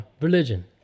religion